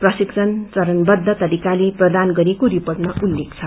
प्रशिक्षण चरणबछ तरिकाले प्रदान गरिएको रिपोर्टमा उल्लेख छ